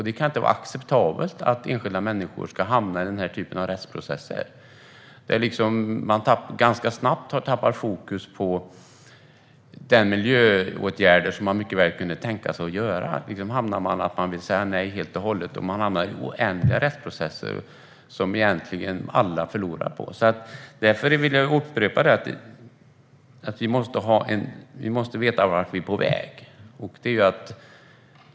Det är inte acceptabelt att enskilda människor ska hamna i den här typen av rättsprocesser, där fokus ganska snabbt flyttas från de miljöåtgärder som människor mycket väl kunde tänka sig att göra till att liksom hamna i ett nej helt och hållet. Det blir oändliga rättsprocesser som alla egentligen förlorar på. Jag vill därför upprepa att vi måste veta vart vi är på väg.